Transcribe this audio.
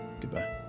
Goodbye